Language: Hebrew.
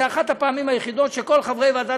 זו אחת הפעמים היחידות שכל חברי ועדת